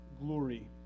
glory